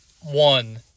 one